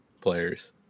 players